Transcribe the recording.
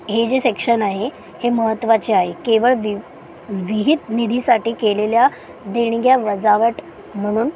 हे जे सेक्शन आहे हे महत्वाचे आहे केवळ वि विहित निधीसाठी केलेल्या देणग्या वजावट म्हणून